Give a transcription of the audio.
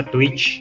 Twitch